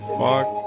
fuck